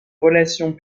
relations